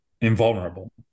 invulnerable